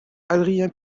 adrien